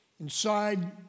Inside